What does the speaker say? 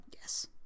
Yes